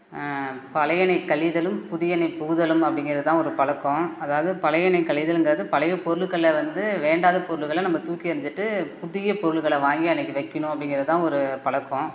பழையன கழிதலும் புதியன புகுதலும் அப்படிங்கிறது தான் ஒரு பழக்கோம் அதாவது பழையனை கழிதல்ங்கிறது பழையே பொருட்கள வந்து வேண்டாத பொருட்கள நம்ப தூக்கி எறிஞ்சுட்டு புதிய பொருட்கள வாங்கி அன்றைக்கி வைக்கணும் அப்படிங்கிறது தான் ஒரு பழக்கோம்